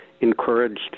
encouraged